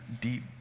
deep